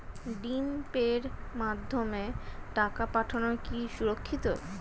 ভিম পের মাধ্যমে টাকা পাঠানো কি সুরক্ষিত?